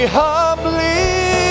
humbly